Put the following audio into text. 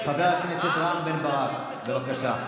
מבקשת